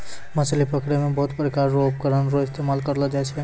मछली पकड़ै मे बहुत प्रकार रो उपकरण रो इस्तेमाल करलो जाय छै